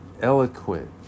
eloquent